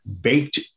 baked